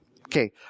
Okay